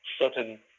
certain